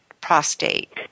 prostate